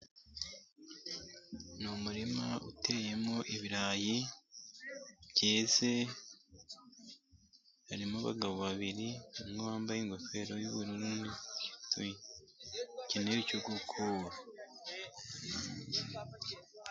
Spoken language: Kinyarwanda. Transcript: Ni umurima uteyemo ibirayi byeze harimo abagabo babiri umwe wambaye ingofero y'ubururu, ni igihe cyo gukura.